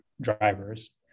drivers